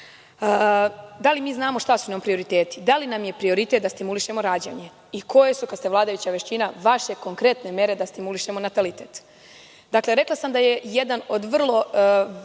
li mi znamo šta su prioriteti, da li nam je prioritet da stimulišemo rađanje i koje su, kada ste vladajuća većina, vaše konkretne mere, da stimulišemo natalitet? Dakle, rekla sam da je jedan od vrlo